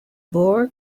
boer